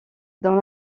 dans